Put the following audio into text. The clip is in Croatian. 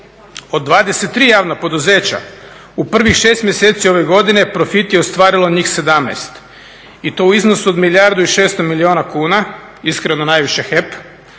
Od 23 javna poduzeća u prvih 6 mjeseci ove godine profit je ostvarilo njih 17 i to u iznosu od milijardu i 600 milijuna kuna, iskreno najviše HEP,